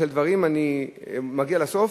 אני מגיע לסוף,